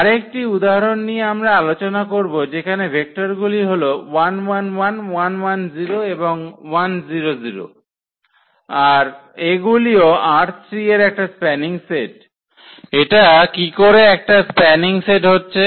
আরেকটি উদাহরণ নিয়ে আমরা আলোচনা করব যেখানে ভেকটর গুলি হলো এবং আর এগুলিও ℝ3 এর একটা স্প্যানিং সেট এটা কি করে একটা স্প্যানিং সেট হচ্ছে